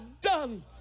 done